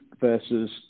versus